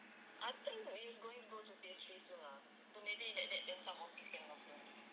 I think it's going to go to phase three soon ah so maybe that that that then some office can open